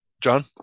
John